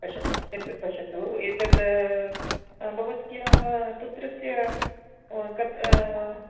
एतद् पश्यतु एतद् भवत्याः पुत्रस्य ओ कत्